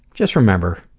just remember.